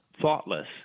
thoughtless